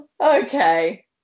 Okay